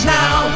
now